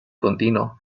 continuo